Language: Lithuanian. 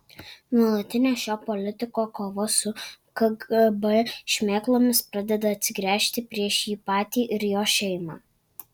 nuolatinė šio politiko kova su kgb šmėklomis pradeda atsigręžti prieš jį patį ir jo šeimą